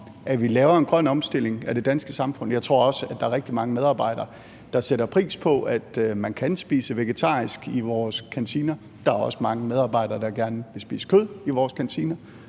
at vi laver en grøn omstilling af det danske samfund. Jeg tror også, at der er rigtig mange medarbejdere, der sætter pris på, at man kan spise vegetarisk i vores kantiner, og der er også mange medarbejdere, der gerne vil spise kød i vores kantiner,